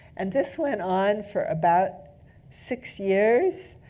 and this went on for about six years.